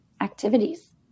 activities